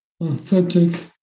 authentic